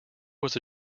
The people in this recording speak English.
was